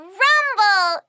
rumble